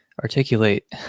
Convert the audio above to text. articulate